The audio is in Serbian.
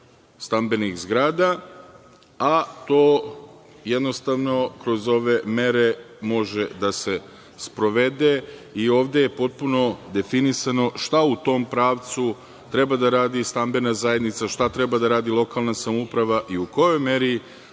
stambenih zgrada, a to jednostavno, kroz ove mere može da se sprovede i ovde je potpuno definisano šta u tom pravcu treba da radi stambena zajednica, šta treba da radi lokalna samouprava i u kojoj meri